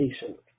patient